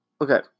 okay